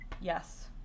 Yes